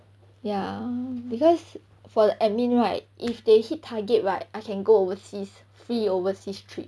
ya because for the admin right if they hit target right I can go overseas free overseas trip